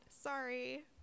Sorry